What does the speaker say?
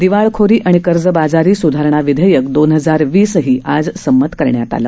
दिवाळखोरी आणि कर्जबाजारी सुधारणा विधेयक दोन हजार वीसही आज संमत करण्यात आलं